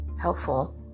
helpful